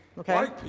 ok?